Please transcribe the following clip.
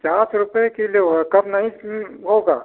पचास रुपये किलो है कम नहीं होगा